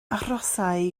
arhosai